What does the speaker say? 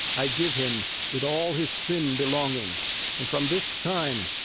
i give him, with all his trim belonging and from this time,